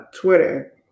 Twitter